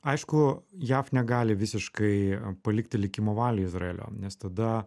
aišku jav negali visiškai palikti likimo valiai izraelio nes tada